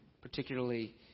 particularly